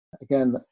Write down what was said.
Again